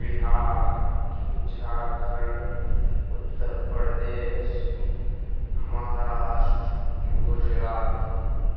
Bihar Jharkhand Uttar Pradesh Maharashtra Gujarat